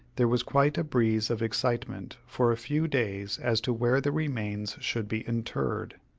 there was quite a breeze of excitement for a few days as to where the remains should be interred.